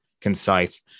concise